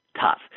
tough